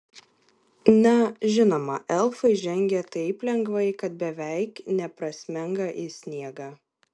na žinoma elfai žengia taip lengvai kad beveik neprasmenga į sniegą